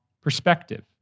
perspective